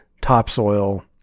topsoil